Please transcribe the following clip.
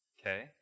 Okay